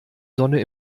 sonne